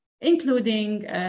including